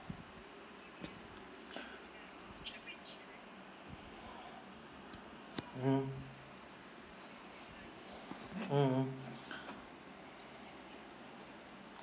mm mmhmm